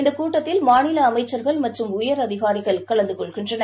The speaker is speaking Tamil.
இந்தகூட்டத்தில் மாநிலஅமைச்சர்கள் மற்றும் உயரதிகாரிகள் கலந்துகொள்கின்றனர்